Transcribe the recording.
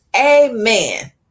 Amen